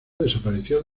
desapareció